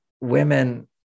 women